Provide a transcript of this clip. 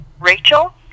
Rachel